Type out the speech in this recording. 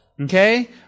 Okay